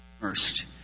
first